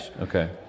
Okay